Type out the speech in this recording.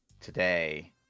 today